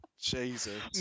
Jesus